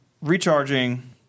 recharging